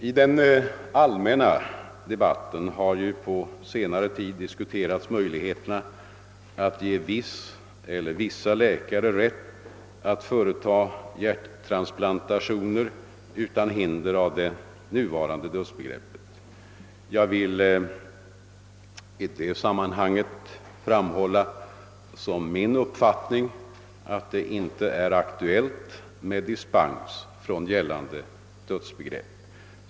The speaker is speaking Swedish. I den allmänna debatten har på senare tid diskuterats möjligheterna att ge viss eller vissa läkare rätt att företa hjärttransplantationer utan hinder av det nuvarande dödsbegreppet. Jag vill 1 det sammanhanget framhålla som min uppfattning, att det inte är aktuellt med dispens från gällande dödsbegrepp.